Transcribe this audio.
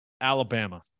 Alabama